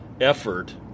effort